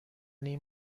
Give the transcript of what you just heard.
این